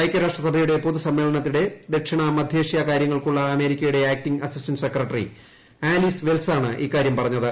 ഐക്യർമ്പ്രഷ്ടസഭയുടെ പൊതു സമ്മേളനത്തിനിടെ ദക്ഷിണ മദ്ധ്യേഷ്യ കാര്യങ്ങൾക്കുള്ള അമേരിക്കയുടെ acting assistant secretary Alice Wells ആണ് ഇക്കാര്യം പറഞ്ഞത്